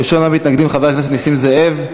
ראשון המתנגדים, חבר הכנסת נסים זאב.